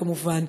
כמובן,